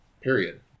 Period